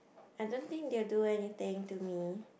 I don't think they will do anything to me